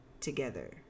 together